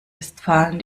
westfalen